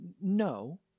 No